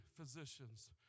physicians